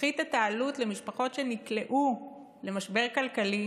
תפחית את העלות למשפחות שנקלעו למשבר כלכלי